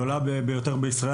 התכנית הגדולה ביותר בישראל.